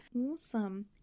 Awesome